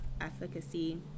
efficacy